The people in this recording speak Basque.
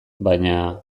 baina